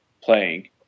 playing